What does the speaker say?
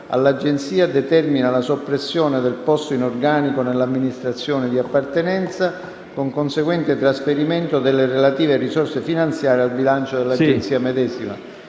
all'Agenzia determina la soppressione del posto in organico nell'amministrazione di appartenenza, con conseguente trasferimento delle relative risorse finanziarie al bilancio dell'Agenzia medesima».